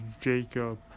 Jacob